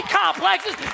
complexes